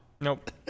nope